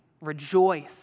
rejoice